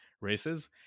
races